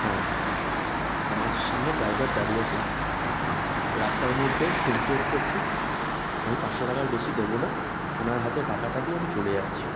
হ্যাঁ আমার সামনে ড্রাইভার দাঁড়িয়ে আছে রাস্তার মধ্যে সিন ক্রিয়েট করছে আমি পাঁচশো টাকার বেশি দেবো না ওনার হাতে টাকাটা দিয়ে আমি চলে যাচ্ছি